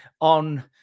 on